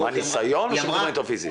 --- הניסיון או שמדברים איתו פיזית?